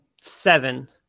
seven